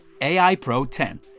AIPRO10